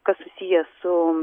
kas susiję su